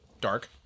dark